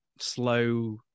slow